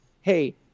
hey